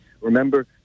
Remember